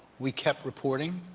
we kept reporting,